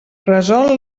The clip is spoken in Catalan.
resol